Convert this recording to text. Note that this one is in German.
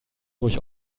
ruhig